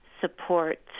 support